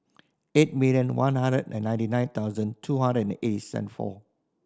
eight million one hundred and ninety nine thousand two hundred and eight seven four